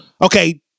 Okay